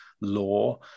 law